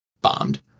bombed